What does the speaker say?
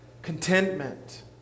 Contentment